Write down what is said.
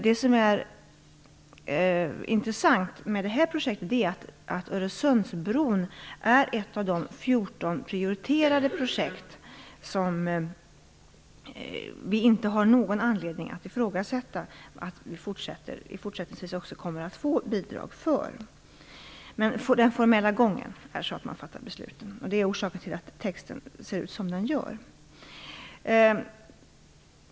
Det som är intressant med detta projekt är att Öresundsbron är ett av de fjorton prioriterade projekt som vi inte har någon anledning att ifrågasätta att vi också fortsättningsvis kommer att få bidrag för. Men den formella gången innebär att man fattar beslut varje år, och det är orsaken till att texten ser ut som den gör.